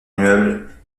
immeuble